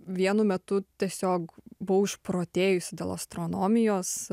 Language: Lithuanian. vienu metu tiesiog buvau išprotėjusi dėl astronomijos